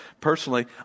Personally